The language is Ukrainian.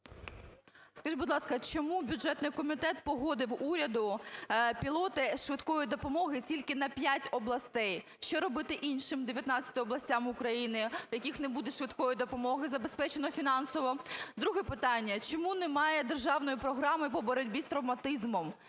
Скажіть, будь ласка, чому бюджетний комітет погодив уряду пілоти швидкої допомоги тільки на п'ять областей? Що робити іншим 19 областям України, в яких не буде швидкої допомоги забезпечено фінансово? Друге питання. Чому немає державної програми по боротьбі з травматизмом?